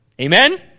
Amen